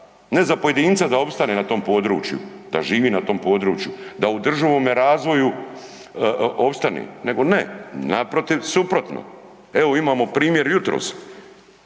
Ne za pojedinca da opstane na tom području, da živi na tom području, da održivome razvoju opstane, nego ne, naprotiv, suprotno, evo imamo primjer jutros.